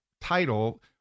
title